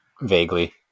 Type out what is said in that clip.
Vaguely